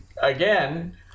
again